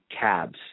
cabs